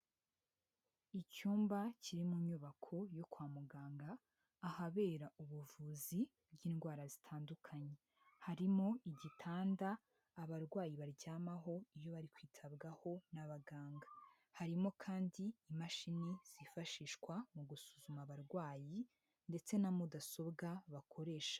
Icyumba kiri mu nyubako yo kwa muganga ahabera ubuvuzi bw'indwara zitandukanye, harimo igitanda abarwayi baryamaho iyo bari kwitabwaho n'abaganga, harimo kandi imashini zifashishwa mu gusuzuma abarwayi ndetse na mudasobwa bakoresha.